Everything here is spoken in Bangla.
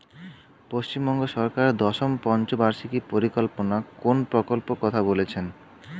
পশ্চিমবঙ্গ সরকার দশম পঞ্চ বার্ষিক পরিকল্পনা কোন প্রকল্প কথা বলেছেন?